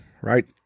Right